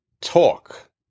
talk